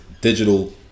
digital